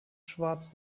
schwarz